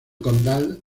condal